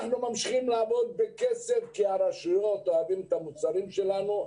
אנחנו ממשיכים לעבוד בקצב כי הרשויות אוהבות את המוצרים שלנו.